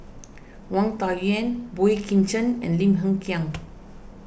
Wang Dayuan Boey Kim Cheng and Lim Hng Kiang